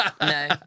No